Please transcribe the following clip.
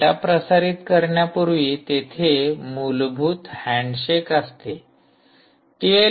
data प्रसारित करण्यापूर्वी तेथे मूलभूत हैंडशेक असते